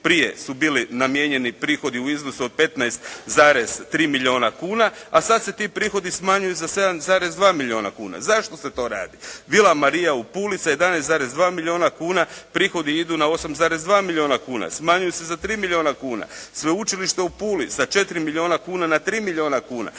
prije su bili namijenjeni prihodi u iznosu od 15,3 milijuna kuna, a sad se ti prihodi smanjuju za 7,2 milijuna kuna. Zašto se to radi? Vila Marija u Puli sa 11,2 milijuna kuna, prihodi idu na 8,2 milijuna kuna. Smanjuju se za 3 milijuna kuna. Sveučilište u Puli sa 4 milijuna kuna na 3 milijuna kuna.